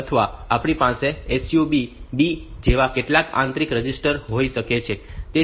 અથવા આપણી પાસે SUB B જેવા કેટલાક આંતરિક રજિસ્ટર હોઈ શકે છે